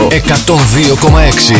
102,6